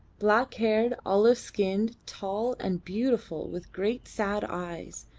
black-haired, olive-skinned, tall, and beautiful, with great sad eyes,